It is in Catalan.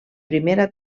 primera